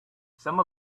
some